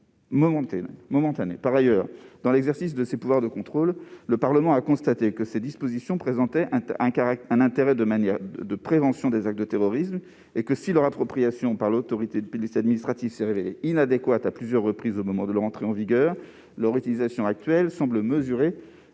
Par ailleurs, dans l'exercice de ses pouvoirs de contrôle, le Parlement a constaté que ces dispositions présentaient un intérêt en matière de prévention des actes de terrorisme et que, si leur appropriation par l'autorité de police administrative s'est révélée inadéquate à plusieurs reprises au moment de leur entrée en vigueur, leur utilisation actuelle semble mesurée